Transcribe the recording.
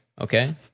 Okay